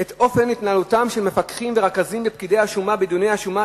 את אופן התנהלותם של מפקחים ורכזים ופקידי השומה בדיוני השומה.